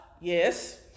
Yes